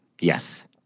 Yes